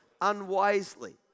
unwisely